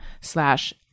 slash